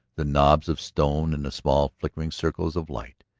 the knobs of stone in the small flickering circles of light,